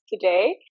today